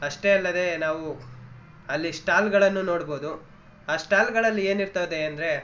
ಅಷ್ಟೇ ಅಲ್ಲದೇ ನಾವು ಅಲ್ಲಿ ಸ್ಟಾಲ್ಗಳನ್ನು ನೋಡ್ಬೋದು ಆ ಸ್ಟಾಲ್ಗಳಲ್ಲಿ ಏನಿರ್ತದೆ ಅಂದರೆ